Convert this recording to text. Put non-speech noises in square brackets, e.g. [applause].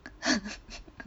[laughs]